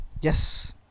yes